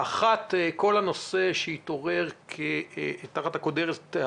האחת, כל הנושא שהתעורר תחת הכותרת: